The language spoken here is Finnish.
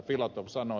filatov sanoi